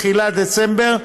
תחילת דצמבר,